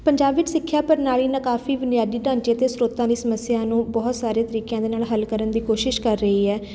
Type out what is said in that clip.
ਪੰਜਾਬ ਵਿੱਚ ਸਿੱਖਿਆ ਪ੍ਰਣਾਲੀ ਨਾਲ ਕਾਫੀ ਬੁਨਿਆਦੀ ਢਾਂਚੇ ਅਤੇ ਸਰੋਤਾਂ ਦੀ ਸਮੱਸਿਆ ਨੂੰ ਬਹੁਤ ਸਾਰੇ ਤਰੀਕਿਆਂ ਦੇ ਨਾਲ ਹੱਲ ਕਰਨ ਦੀ ਕੋਸ਼ਿਸ਼ ਕਰ ਰਹੀ ਹੈ